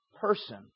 person